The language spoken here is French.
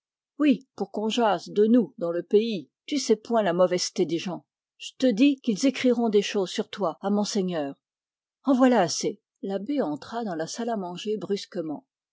pour qu'on jase de nous dans le pays tu sais point la mauvaiseté des gens j'te dis qu'ils écriront des choses sur toi à monseigneur en voilà assez l'abbé entra dans la salle à manger brusquement